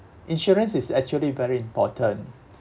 insurance is actually very important